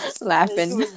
laughing